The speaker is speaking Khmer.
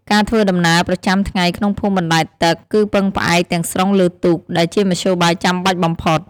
ការធ្វើដំណើរប្រចាំថ្ងៃក្នុងភូមិបណ្ដែតទឹកគឺពឹងផ្អែកទាំងស្រុងលើទូក ដែលជាមធ្យោបាយចាំបាច់បំផុត។